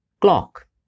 clock